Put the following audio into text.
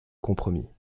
compromis